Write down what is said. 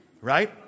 right